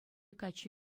каччӑ